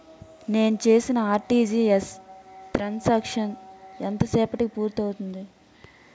నేను చేసిన RTGS transaction ఎంత సేపటికి పూర్తి అవుతుంది?